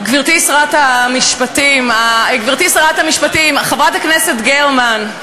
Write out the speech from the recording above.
גברתי שרת המשפטים, חברת הכנסת גרמן,